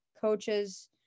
coaches